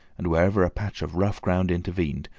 and wherever a patch of rough ground intervened,